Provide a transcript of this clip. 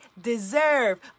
deserve